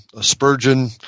Spurgeon